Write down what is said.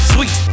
Sweet